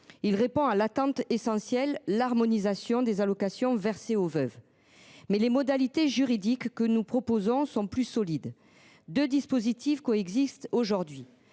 de leurs attentes essentielles : l’harmonisation des allocations versées aux veuves. Les modalités juridiques que nous proposons sont solides. Deux dispositifs coexistent aujourd’hui